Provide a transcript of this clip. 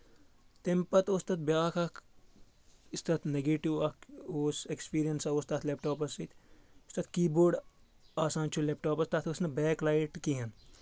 تَمہِ پَتہٕ اوس تَتھ بیاکھ اکھ یُس تَتھ نَگیٹِو اَکھ اوس ایٚکٕسپیٖریَنٕسا اوس تَتھ لیپ ٹاپَس سۭتۍ یُس تَتھ کی بوڈ آسان چھُ لیپ ٹاپَس تَتھ ٲسۍ نہٕ بیک لایٹ کِہیٖنۍ